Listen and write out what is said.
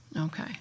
Okay